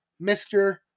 Mr